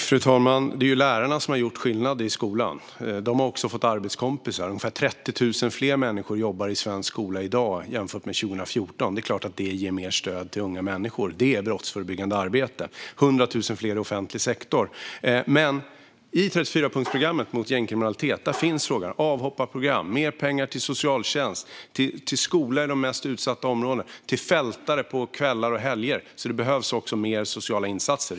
Fru talman! Det är lärarna som har gjort skillnad i skolan. De har också fått arbetskompisar - ungefär 30 000 fler människor jobbar i svensk skola i dag jämfört med 2014. Det är klart att det ger mer stöd till unga människor; det är brottsförebyggande arbete. I offentlig sektor arbetar 100 000 fler. I 34-punktsprogrammet mot gängkriminalitet nämns avhopparprogram och mer pengar till socialtjänst, till skolor i de mest utsatta områdena och till fältare på kvällar och helger. Det behövs också mer sociala insatser.